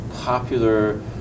popular